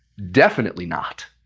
definitely not.